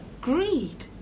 Greed